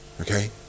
Okay